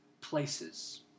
places